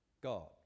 God